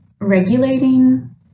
regulating